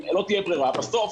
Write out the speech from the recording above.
אם לא תהיה ברירה בסוף,